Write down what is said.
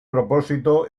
propósito